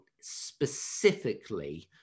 specifically